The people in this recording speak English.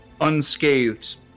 unscathed